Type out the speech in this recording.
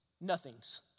nothings